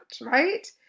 right